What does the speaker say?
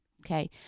Okay